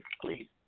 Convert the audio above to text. please